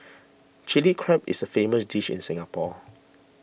Chilli Crab is a famous dish in Singapore